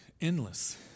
endless